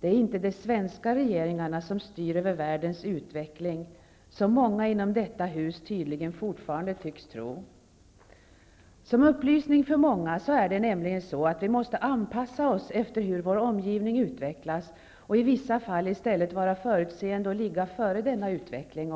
Det är inte den svenska regeringen som styr över världens utveckling, som många inom detta hus tydligen fortfarande tycks tro. Som upplysning för många vill jag påpeka att vi måste anpassa oss efter hur vår omgivning utvecklas och i vissa fall i stället vara förutseende och, om det går, ligga före denna utveckling.